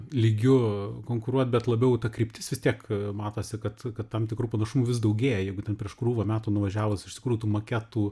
lygiu konkuruot bet labiau ta kryptis vis tiek matosi kad kad tam tikrų panašumų vis daugėja jeigu prieš krūvą metų nuvažiavus iš tikrųjų tų maketų